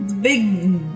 big